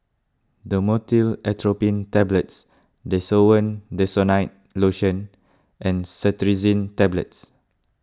Dhamotil Atropine Tablets Desowen Desonide Lotion and Cetirizine Tablets